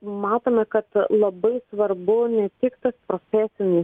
matome kad labai svarbu ne tik profesinis